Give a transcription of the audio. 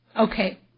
okay